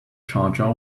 charger